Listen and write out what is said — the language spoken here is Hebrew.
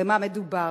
במה מדובר?